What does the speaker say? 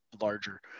larger